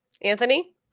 Anthony